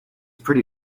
pretty